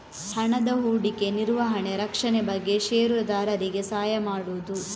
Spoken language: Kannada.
ಹಣದ ಹೂಡಿಕೆ, ನಿರ್ವಹಣೆ, ರಕ್ಷಣೆ ಬಗ್ಗೆ ಷೇರುದಾರರಿಗೆ ಸಹಾಯ ಮಾಡುದು